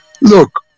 look